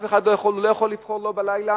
הוא לא יכול לבחור בלילה.